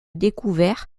découvert